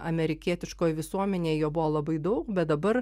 amerikietiškoj visuomenėj jo buvo labai daug bet dabar